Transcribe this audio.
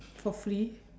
for free